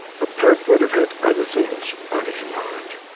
the pope would have had other things on his mind.